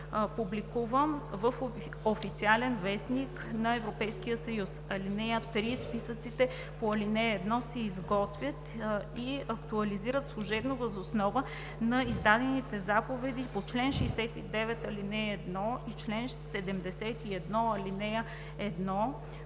публикуван в „Официален вестник” на Европейския съюз. (3) Списъците по ал. 1 се изготвят и актуализират служебно въз основа на издадените заповеди по чл. 69, ал. 1 и чл. 71, ал. 1